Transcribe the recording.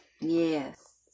Yes